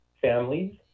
families